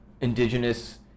indigenous